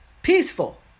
Peaceful